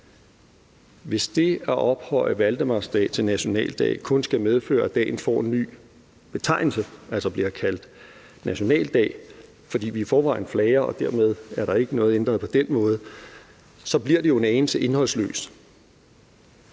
Hvis det at ophøje valdemarsdag til nationaldag kun skal medføre, at dagen får en ny betegnelse, altså bliver kaldt nationaldag, fordi vi i forvejen flager, og der dermed ikke er noget ændret på den måde, bliver det jo en anelse indholdsløst.